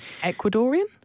Ecuadorian